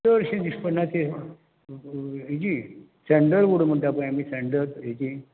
चडशें दिसपणा तेजी सेंडल उड म्हणटा पळय आमी सेंडल हेजी